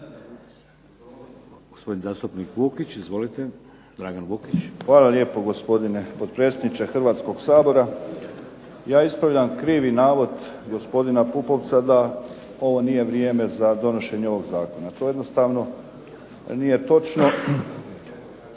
Dragan (HDZ)** Gospodine potpredsjedniče Hrvatskoga sabora, ja ispravljam krivi navod gospodina Pupovca da ovo nije vrijeme za donošenje ovog Zakona. To jednostavno nije točno.